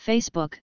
Facebook